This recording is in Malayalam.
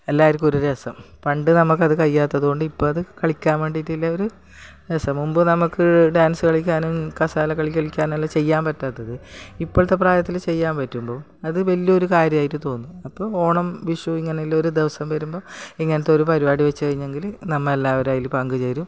എല്ലാവർക്കും ഒരു രസം പണ്ട് നമുക്കത് കഴിയാത്തതു കൊണ്ട് ഇപ്പം അതു കളിക്കാൻ വേണ്ടിയിട്ടുള്ള ഒരു രസം മുൻപു നമുക്ക് ഡാൻസ് കളിക്കാനും കസാല കളി കളിക്കാനല്ലേ ചെയ്യാൻ പറ്റാത്തത് ഇപ്പോഴത്തെ പ്രായത്തിലെ ചെയ്യാൻ പറ്റുള്ളൂ അതു വലിയൊരു കാര്യമായിട്ട് തോന്നും അപ്പം ഓണം വിഷു ഇങ്ങനെയുള്ള ദിവസം വരുമ്പോൾ ഇങ്ങനത്തൊരു പരിപാടി വെച്ചു കഴിഞ്ഞെങ്കിൽ നമ്മളെല്ലാവരും അതിൽ പങ്കു ചേരും